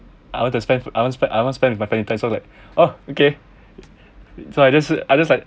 I want to spend I want spend I want spend my family time so like oh okay so I just I just like